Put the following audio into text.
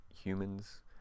humans